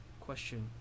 question